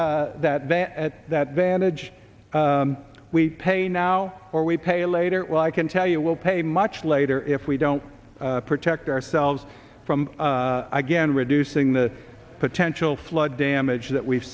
that at that vantage we pay now or we pay later well i can tell you will pay much later if we don't protect ourselves from again reducing the potential flood damage that we've